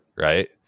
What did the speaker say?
right